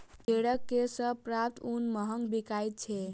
भेंड़क केश सॅ प्राप्त ऊन महग बिकाइत छै